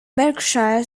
berkshire